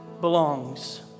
belongs